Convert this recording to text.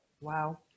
Wow